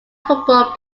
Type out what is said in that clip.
football